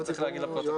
צריך להגיד לפרוטוקול.